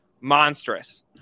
monstrous